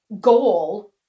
goal